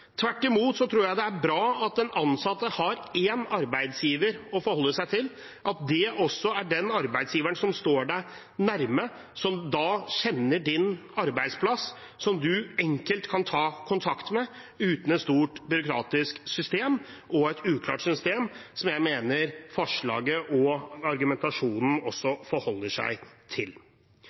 Tvert imot tror jeg det er bra at den ansatte har én arbeidsgiver å forholde seg til, at det også er den arbeidsgiveren som står en nærme, som kjenner ens arbeidsplass, en enkelt kan ta kontakt med uten et stort byråkratisk – og uklart – system, som jeg mener at forslaget og argumentasjonen også forholder seg til.